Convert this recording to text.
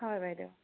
হয় বাইদেউ